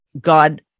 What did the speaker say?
God